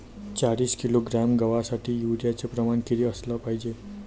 चाळीस किलोग्रॅम गवासाठी यूरिया च प्रमान किती असलं पायजे?